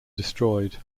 destroyed